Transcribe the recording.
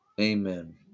Amen